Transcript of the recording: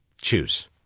choose